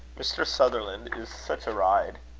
mr. sutherland is such a rider!